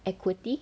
equity